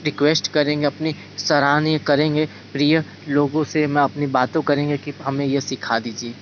request करेंगे अपनी सराहनीय करेंगे प्रिय लोगों से मैं अपनी बातों करेंगे कि हमें ये सीखा दीजिए